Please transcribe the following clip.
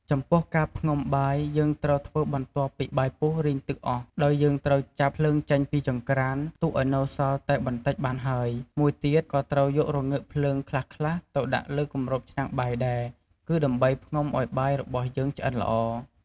ចំពោះការផ្ងំបាយ យើងត្រូវធ្វើបន្ទាប់ពីបាយពុះរីងទឹកអស់ ដោយយើងត្រូវចាប់ភ្លើងចេញពីចង្រ្កាន ទុកឱ្យនៅសល់តែបន្តិចបានហើយ មួយទៀតក៏ត្រូវយករងើកភ្លើងខ្លះៗទៅដាក់លើគម្របឆ្នាំងបាយដែរ គឺដើម្បីផ្ងំឱ្យបាយរបស់យើងឆ្អិនល្អ។